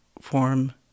form